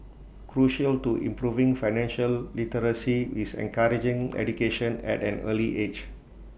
crucial to improving financial literacy is encouraging education at an early age